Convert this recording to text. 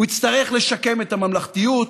הוא יצטרך לשקם את הממלכתיות,